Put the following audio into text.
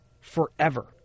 Forever